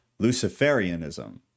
Luciferianism